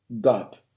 God